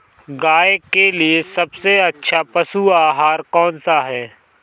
गाय के लिए सबसे अच्छा पशु आहार कौन सा है?